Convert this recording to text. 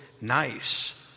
nice